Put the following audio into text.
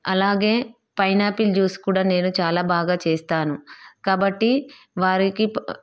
అలాగే pineapple juice కూడా నేను చాలా బాగా చేస్తాను కాబట్టి వారికి